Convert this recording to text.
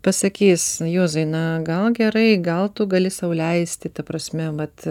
pasakys juozai na gal gerai gal tu gali sau leisti ta prasme mat